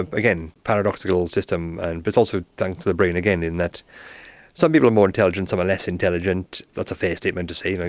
again, paradoxical system, and but it's also down to the brain again in that some people are more intelligent, some are less intelligent, that's a fair statement to say, ah